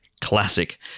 classic